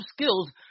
Skills